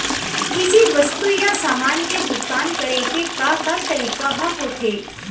किसी वस्तु या समान के भुगतान करे के का का तरीका ह होथे?